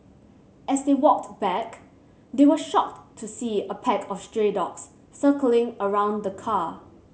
as they walked back they were shocked to see a pack of stray dogs circling around the car